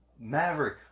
Maverick